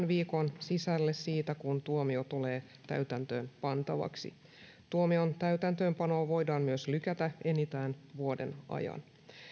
viikon sisälle siitä kun tuomio tulee täytäntöön pantavaksi tuomion täytäntöönpanoa voidaan myös lykätä enintään vuoden ajan